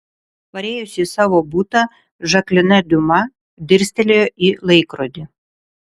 parėjusi į savo butą žaklina diuma dirstelėjo į laikrodį